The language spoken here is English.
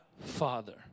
Father